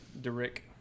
Derek